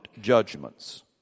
judgments